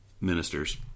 ministers